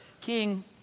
King